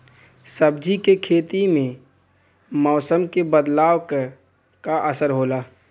सब्जी के खेती में मौसम के बदलाव क का असर होला?